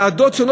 ועדות שונות,